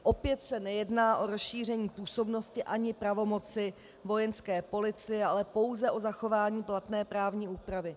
Opět se nejedná o rozšíření působnosti ani pravomoci Vojenské policie, ale pouze o zachování platné právní úpravy.